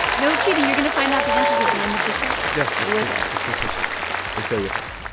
no cheating. you're going to find out the answers at the end of the show. yeah stay with us just stay patient and stay with us